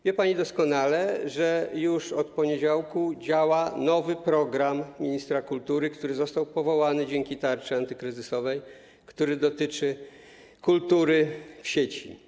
Wie pani doskonale, że już od poniedziałku działa nowy program ministra kultury, który został powołany dzięki tarczy antykryzysowej, który dotyczy kultury w sieci.